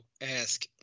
ask